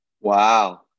Wow